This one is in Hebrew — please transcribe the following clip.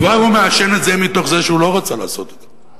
כבר הוא מעשן את זה תוך זה שהוא לא רצה לעשות את זה.